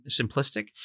simplistic